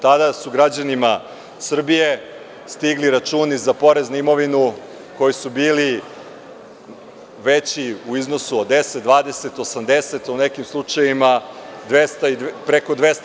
Tada su građanima Srbije stigli računi za porez na imovinu koji su bili veći u iznosu od 10, 20, 80, u nekim slučajevima i preko 200%